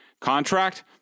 contract